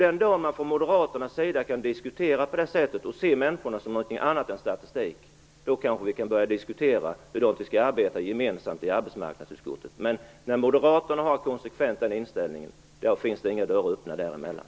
Den dag man från moderaternas sida kan diskutera på det sättet och se människorna som någonting annat än statistik kanske vi kan börja diskutera hur vi skall arbeta gemensamt i arbetsmarknadsutskottet. Men när moderaterna konsekvent har den här inställningen finns det inga öppna dörrar däremellan.